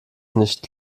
nicht